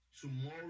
Tomorrow